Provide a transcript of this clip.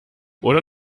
oder